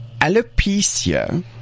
Alopecia